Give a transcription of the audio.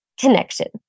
connection